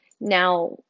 Now